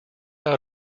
out